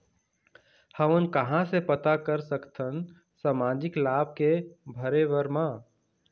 हमन कहां से पता कर सकथन सामाजिक लाभ के भरे बर मा?